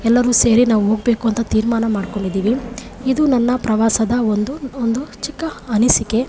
ಎಲ್ಲರೂ ಸೇರಿ ನಾವು ಹೋಗ್ಬೇಕು ಅಂತ ತೀರ್ಮಾನ ಮಾಡ್ಕೊಂಡಿದ್ದೀವಿ ಇದು ನನ್ನ ಪ್ರವಾಸದ ಒಂದು ಒಂದು ಚಿಕ್ಕ ಅನಿಸಿಕೆ